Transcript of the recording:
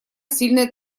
сильное